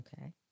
Okay